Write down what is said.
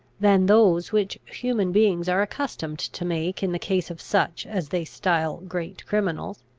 than those which human beings are accustomed to make in the case of such as they style great criminals.